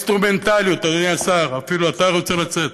באינסטרומנטליות, אדוני השר, אפילו אתה רוצה לצאת?